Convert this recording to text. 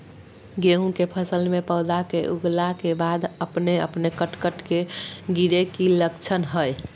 गेहूं के फसल में पौधा के उगला के बाद अपने अपने कट कट के गिरे के की लक्षण हय?